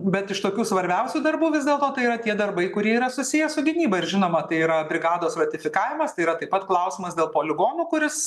bet iš tokių svarbiausių darbų vis dėlto tai yra tie darbai kurie yra susiję su gynyba ir žinoma tai yra brigados ratifikavimas tai yra taip pat klausimas dėl poligono kuris